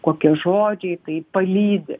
kokie žodžiai tai palydi